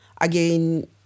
Again